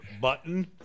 button